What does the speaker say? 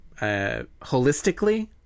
Holistically